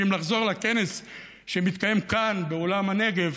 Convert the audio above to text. ואם לחזור לכנס שמתקיים כאן באולם נגב